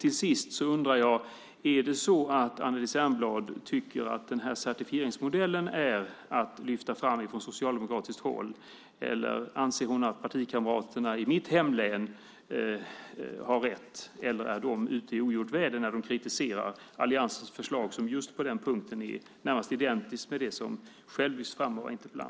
Till sist undrar jag om Anneli Särnblad tycker att certifieringsmodellen är något att lyfta fram från socialdemokratiskt håll. Anser hon att partikamraterna i mitt hemlän har rätt, eller är de ute i ogjort väder när de kritiserar alliansens förslag? På den här punkten är det närmast identiskt med det som interpellanten själv lyfter fram.